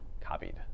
Copied